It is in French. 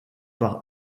par